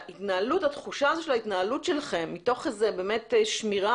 התחושה הזאת של ההתנהלות שלכם מתוך איזה שמירה,